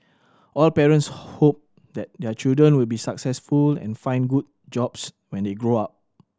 all parents hope that their children will be successful and find good jobs when they grow up